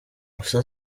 gusa